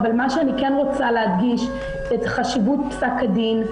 אבל אני כן רוצה להדגיש את חשיבות פסק הדין.